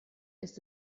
ist